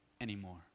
anymore